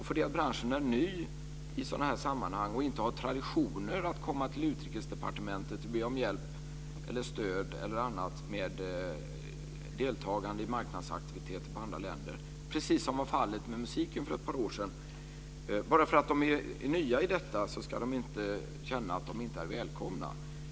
För den bransch som är ny i sådana här sammanhang och inte har traditionen att komma till Utrikesdepartementet och be om hjälp eller stöd eller annat för deltagande i marknadsaktiviteter i andra länder, precis som var fallet med musiken för ett par år sedan, ska de inte känna att de inte är välkomna.